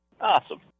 Awesome